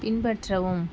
பின்பற்றவும்